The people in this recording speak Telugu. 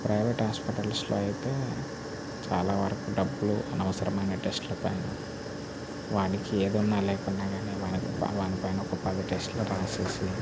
ప్రైవేట్ హాస్పిటల్స్లో అయితే చాలా వరకు డబ్బులు అనవసరమైన టెస్టుల పైన వానికి ఏది ఉన్న లేకున్నాకానీ వానికి వానిపైన ఒక పది టెస్టులు రాసేసి